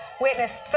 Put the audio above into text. witness